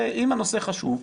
אם הנושא חשוב,